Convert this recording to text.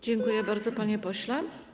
Dziękuję bardzo, panie pośle.